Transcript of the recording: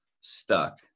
stuck